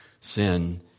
sin